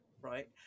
right